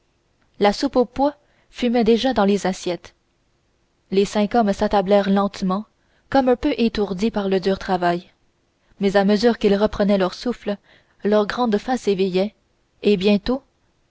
la soupe aux pois fumait déjà dans les assiettes les cinq hommes s'attablèrent lentement comme un peu étourdis par le dur travail mais à mesure qu'ils reprenaient leur souffle leur grande faim s'éveillait et bientôt